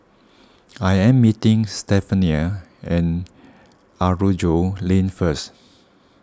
I am meeting Stephania and Aroozoo Lane first